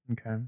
okay